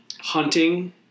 hunting